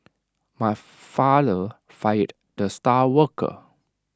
my father fired the star worker